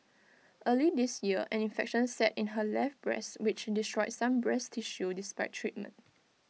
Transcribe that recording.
early this year an infection set in her left breast which destroyed some breast tissue despite treatment